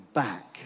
back